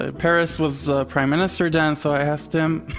ah peres was the prime minister then so i asked him